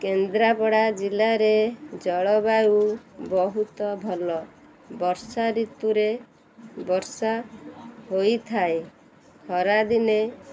କେନ୍ଦ୍ରାପଡ଼ା ଜିଲ୍ଲାରେ ଜଳବାୟୁ ବହୁତ ଭଲ ବର୍ଷା ଋତୁରେ ବର୍ଷା ହୋଇଥାଏ ଖରାଦିନେ